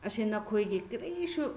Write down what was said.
ꯑꯁꯦ ꯅꯈꯣꯏꯒꯤ ꯀꯔꯤꯁꯨ